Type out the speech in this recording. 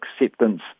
acceptance